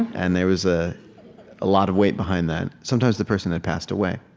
and there was a ah lot of weight behind that. sometimes the person had passed away